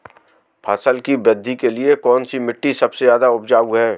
फसल की वृद्धि के लिए कौनसी मिट्टी सबसे ज्यादा उपजाऊ है?